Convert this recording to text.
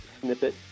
snippet